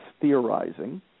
theorizing